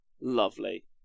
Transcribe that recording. lovely